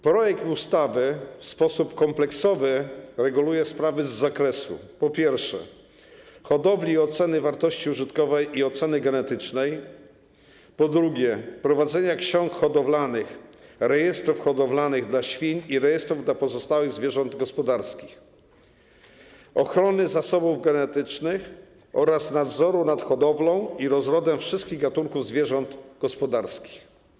Projekt ustawy w sposób kompleksowy reguluje sprawy z zakresu: po pierwsze, hodowli oceny wartości użytkowej i oceny genetycznej, po drugie, prowadzenia ksiąg hodowlanych, rejestrów hodowlanych dla świń i rejestrów dla pozostałych zwierząt gospodarskich, ochrony zasobów genetycznych oraz nadzoru nad hodowlą i rozrodem wszystkich gatunków zwierząt gospodarskich.